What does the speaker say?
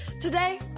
Today